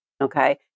Okay